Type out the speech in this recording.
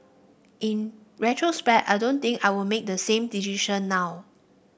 in retrospect I don't think I would make the same decision now